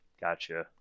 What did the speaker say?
Gotcha